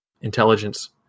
intelligence